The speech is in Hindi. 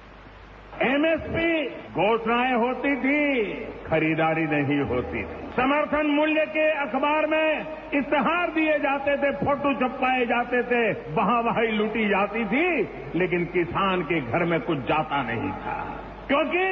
श्री मोदी ने कहा कि एमएसपी घोषणाएं होती थी खरीदारी नहीं होती थी समर्थन मूल्घ्य के अखबार में इश्तेहार दिए जाते थे फोटो छपवाए जाते थे वाहा वाही लूटी जाती थी लेकिन किसान के घर में कुछ जाता नहीं था क्योंकि